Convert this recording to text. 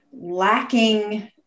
lacking